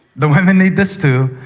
the women need this too.